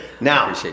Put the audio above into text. Now